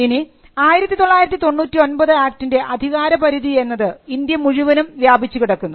ഇനി 1999 ആക്ടിൻറെ അധികാരപരിധി എന്നത് ഇന്ത്യ മുഴുവനും വ്യാപിച്ചു കിടക്കുന്നു